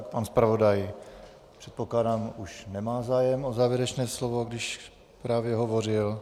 Pan zpravodaj, předpokládám, už nemá zájem o závěrečné slovo, když právě hovořil.